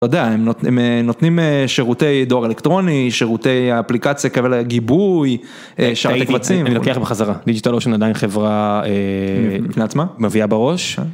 אתה יודע, הם נותנים שירותי דואר אלקטרוני, שירותי אפליקציה, גיבוי, שרתי קבצים. אני אקח בחזרה, דיגיטל אושן עדיין חברה בפני עצמה, מביאה בראש.